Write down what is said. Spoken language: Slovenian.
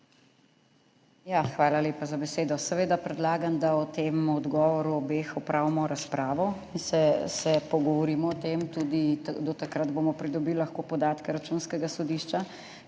Hvala lepa za besedo. Seveda predlagam, da o odgovorih obeh opravimo razpravo in se pogovorimo o tem. Do takrat bomo tudi lahko pridobili podatke Računskega sodišča,